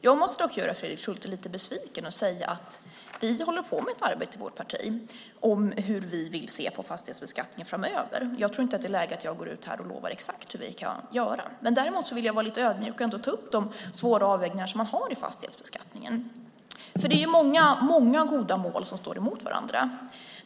Jag måste dock göra Fredrik Schulte lite besviken och säga att vi håller på med ett arbete i vårt parti om hur vi vill se på fastighetsbeskattningen framöver. Jag tror inte att det är läge att jag går ut här och lovar exakt hur vi kan göra. Däremot vill jag vara lite ödmjuk och ändå ta upp de svåra avvägningar som man har att göra i fastighetsbeskattningen. Det är ju många goda mål som står emot varandra.